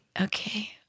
okay